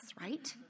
right